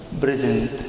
present